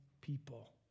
people